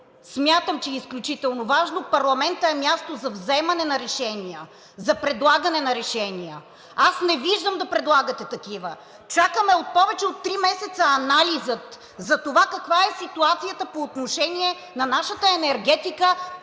смятам, че е изключително важно – парламентът е място за вземане на решения, за предлагане на решения. Аз не виждам да предлагате такива. Чакаме повече от три месеца анализа за това каква е ситуацията по отношение на нашата енергетика